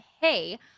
hey